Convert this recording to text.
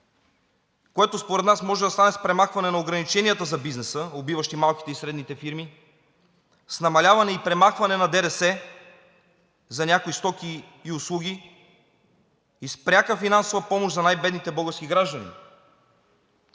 което според нас може да стане с премахване на ограниченията за бизнеса, убиващи малките и средните фирми; с намаляване и премахване на ДДС за някои стоки и услуги; и с пряка финансова помощ за най-бедните български граждани.